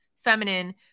feminine